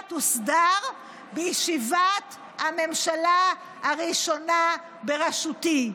תוסדר בישיבת הממשלה הראשונה בראשותי.